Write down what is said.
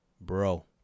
bro